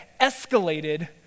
escalated